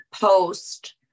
post